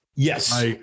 Yes